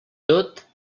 tot